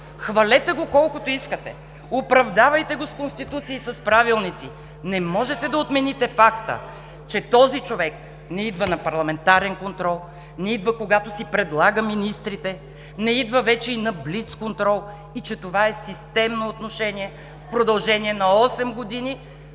Хвалете го колкото искате! Оправдавайте го с Конституция и с правилници! Не можете да отмените факта, че този човек не идва на парламентарен контрол. Не идва, когато си предлага министрите. Не идва вече и на блицконтрол, и че това е системно отношение в продължение на осем години